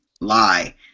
lie